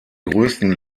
größten